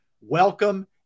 welcome